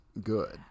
good